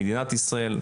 למדינת ישראל,